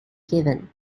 given